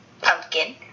pumpkin